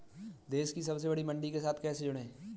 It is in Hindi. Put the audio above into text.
देश की सबसे बड़ी मंडी के साथ कैसे जुड़ें?